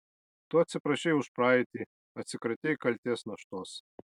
tu atsiprašei už praeitį atsikratei kaltės naštos